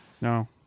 no